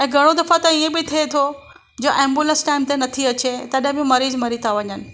ऐं घणो दफ़ा त इअं बि थिए थो जो एंबुलंस टाइम ते नथी अचे तॾहिं बि मरीज मरी था वञनि